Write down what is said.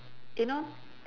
you know